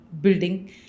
building